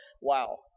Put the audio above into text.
wow